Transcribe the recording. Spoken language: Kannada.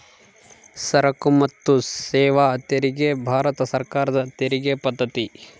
ಸರಕು ಮತ್ತು ಸೇವಾ ತೆರಿಗೆ ಭಾರತ ಸರ್ಕಾರದ ತೆರಿಗೆ ಪದ್ದತಿ